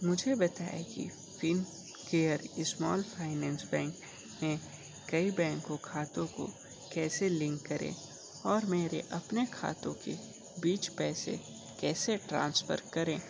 मुझे बताएँ कि फ़िनकेयर स्मॉल फ़ाइनेंस बैंक में कई बैंको खातों को कैसे लिंक करें और मेरे अपने खातों के बीच पैसे कैसे ट्रांसफ़र करें